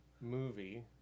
movie